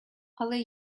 але